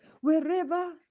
wherever